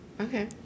Okay